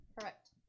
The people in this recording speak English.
Correct